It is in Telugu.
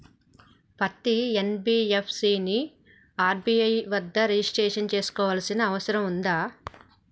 పత్తి ఎన్.బి.ఎఫ్.సి ని ఆర్.బి.ఐ వద్ద రిజిష్టర్ చేసుకోవాల్సిన అవసరం ఉందా?